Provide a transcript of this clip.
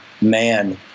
man